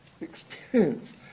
Experience